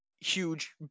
huge